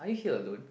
are you here alone